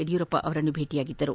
ಯಡಿಯೂರಪ್ಪ ಅವರನ್ನು ಭೇಟ ಮಾಡಿದ್ದರು